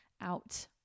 out